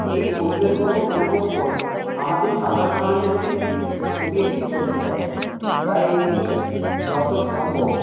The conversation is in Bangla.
এই পরিবেশগত পরিবর্তন আমাদের সাধারণ মানুষের ক্ষেত্রে খুবই একটি ক্ষতিকর তাই এটিকে যত সম্ভব